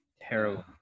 terrible